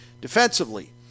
defensively